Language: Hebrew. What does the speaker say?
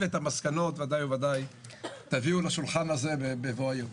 ואת המסקנות בוודאי תביאו לשולחן הזה בבוא היום.